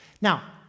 Now